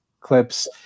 clips